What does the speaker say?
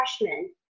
freshman